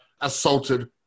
assaulted